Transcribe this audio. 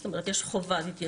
זאת אומרת, יש חובת התייצבות,